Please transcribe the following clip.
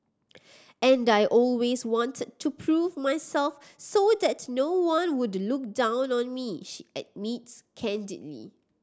and I always wanted to prove myself so that no one would look down on me she admits candidly